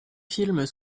films